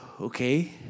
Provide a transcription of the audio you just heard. okay